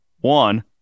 One